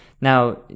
Now